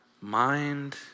mind